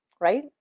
Right